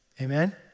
Amen